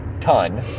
Ton